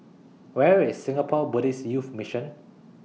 Where IS Singapore Buddhist Youth Mission